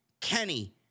Kenny